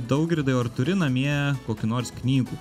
daugirdai o ar turi namie kokių nors knygų